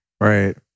Right